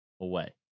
away